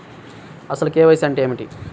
అసలు కే.వై.సి అంటే ఏమిటి?